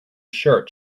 shirt